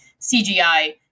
CGI